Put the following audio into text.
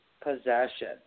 Possession